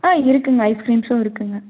ஆ இருக்குதுங்க ஐஸ் க்ரீம்ஸும் இருக்குதுங்க